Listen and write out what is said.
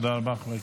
תודה רבה.